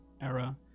era